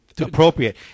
appropriate